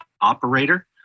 operator